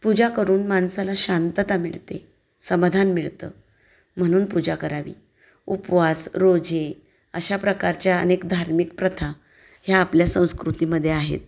पूजा करून माणसाला शांतता मिळते समाधान मिळतं म्हणेून पूजा करावी उपवास रोजे अशा प्रकारच्या अनेक धार्मिक प्रथा ह्या आपल्या संस्कृतीमध्ये आहेत